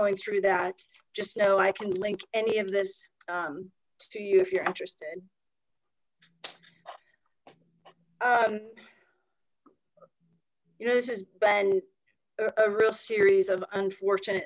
going through that just so i can link any of this to you if you're interested you know this has been a real series of unfortunate